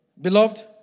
Beloved